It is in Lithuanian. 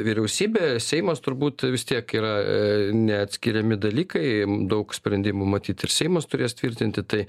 vyriausybė seimas turbūt vis tiek yra neatskiriami dalykai daug sprendimų matyt ir seimas turės tvirtinti tai